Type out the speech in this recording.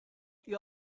ihr